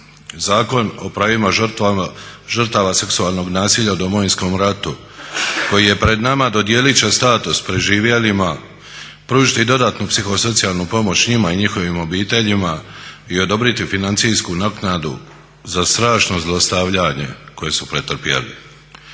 Zakon o pravima žrtava seksualnog nasilja u Domovinskom ratu koji je pred nama dodijelit će status preživjelima, pružiti dodatnu psihosocijalnu pomoć njima i njihovim obiteljima i odobriti financijsku naknadu za strašno zlostavljanje koje su pretrpjeli.